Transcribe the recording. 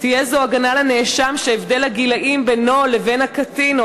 זו הגנה לנאשם שהבדל הגילים בינו לבין הקטין או